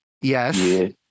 yes